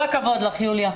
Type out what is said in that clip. כל הכבוד לך, יוליה.